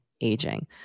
aging